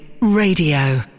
Radio